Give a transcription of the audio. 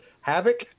Havoc